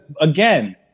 again